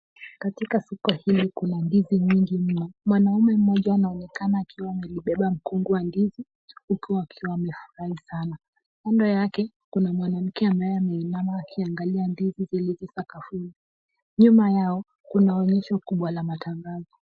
Katika soko hili kuna ndizi nyingi mno. Mwanamume mmoja anaonekana akiwa amelibeba mkungu wa ndizi huku akiwa amefurahi sana. Kando yake kuna mwanamke ambaye ameinama huku akiangalia ndizi zilizo sakafuni. Nyuma yao kuna onyesho kubwa ya matangazo.